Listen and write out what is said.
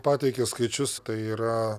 pateikė skaičius tai yra